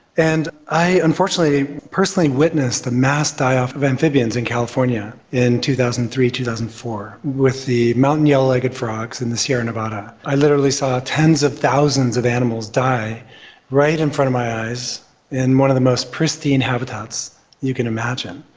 and i unfortunately personally witnessed a mass die-off of amphibians in california in two thousand and three two thousand and four with the mountain yellow-legged frogs in the sierra nevada. i literally saw tens of thousands of animals die right in front of my eyes in one of the most pristine habitats you can imagine.